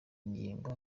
ngingo